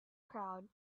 crowd